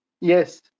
Yes